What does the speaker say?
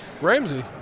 Ramsey